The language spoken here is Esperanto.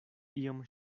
iom